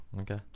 Okay